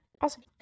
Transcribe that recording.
Awesome